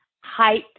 height